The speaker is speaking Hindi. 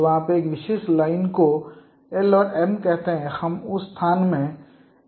तो आप एक विशेष लाइन को l और m कहते हैं हम उस स्थान में l और m पर विचार कर सकते हैं